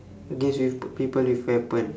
against with people with weapon